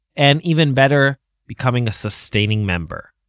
and even better becoming a sustaining member.